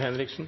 er